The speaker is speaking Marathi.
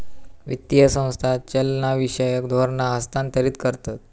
वित्तीय संस्था चालनाविषयक धोरणा हस्थांतरीत करतत